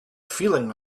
feeling